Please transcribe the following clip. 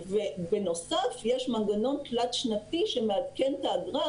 ובנוסף יש מנגנון תלת שנתי שמעדכן את האגרה,